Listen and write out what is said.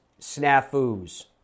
snafus